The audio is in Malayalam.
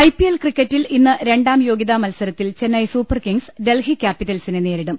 ഐപിഎൽ ക്രിക്കറ്റിൽ ഇന്ന് രണ്ടാം യോഗ്യതാമത്സരത്തിൽ ചെന്നൈ സൂപ്പർകിംഗ്സ് ഡൽഹി ക്യാപിറ്റൽസിനെ നേരിടും